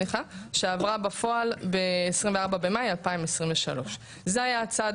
שעברה בפועל ב-24 במאי 2023. זה היה הצד